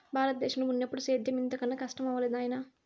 బారత దేశంలో మున్నెప్పుడూ సేద్యం ఇంత కనా కస్టమవ్వలేదు నాయనా